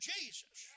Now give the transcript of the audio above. Jesus